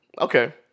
Okay